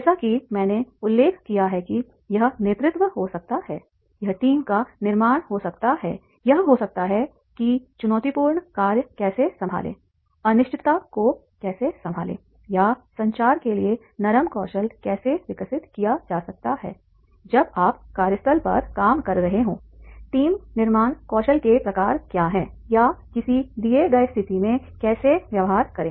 जैसा कि मैंने उल्लेख किया है कि यह नेतृत्व हो सकता है यह टीम का निर्माण हो सकता है यह हो सकता है कि चुनौतीपूर्ण कार्य कैसे संभालें अनिश्चितता को कैसे संभालें या संचार के लिए नरम कौशल कैसे विकसित किया जा सकता है जब आप कार्यस्थल पर काम कर रहे हों टीम निर्माण कौशल के प्रकार क्या हैं या किसी दिए गए स्थिति में कैसे व्यवहार करें